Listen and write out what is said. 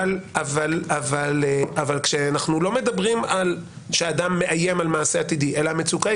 כאשר אנחנו לא מדברים על כך שאדם מאיים על מעשה עתידי אלא המצוקה היא